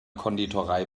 konditorei